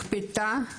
משקפיים,